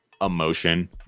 emotion